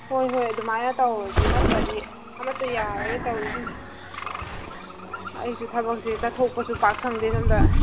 ꯍꯣꯏ ꯍꯣꯏ ꯑꯗꯨꯃꯥꯏ ꯇꯧꯔꯁꯦ ꯅꯠꯇ꯭ꯔꯗꯤ ꯑꯃꯠꯇ ꯌꯥꯔꯔꯣꯏ ꯇꯧꯔꯤꯁꯤꯡꯁꯦ ꯑꯩꯁꯨ ꯊꯕꯛꯁꯦ ꯆꯠꯊꯣꯛꯄꯁꯨ ꯄꯥꯛꯅ ꯁꯪꯗꯦ ꯁꯣꯝꯗ